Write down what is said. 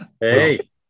Hey